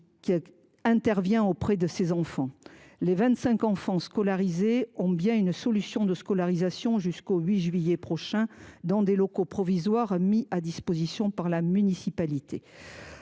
équipe mobile. Les vingt cinq enfants scolarisés ont bien une solution de scolarisation jusqu’au 8 juillet prochain, dans des locaux provisoires mis à disposition par la municipalité.